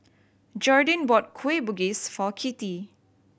Jordin bought Kueh Bugis for Kittie